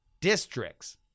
districts